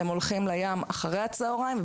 הולכים לים אחרי הצוהריים,